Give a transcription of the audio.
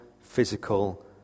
physical